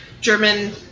German